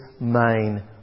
main